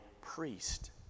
priest